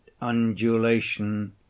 undulation